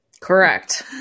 correct